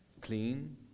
clean